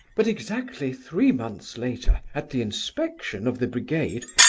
but exactly three months later at the inspection of the brigade,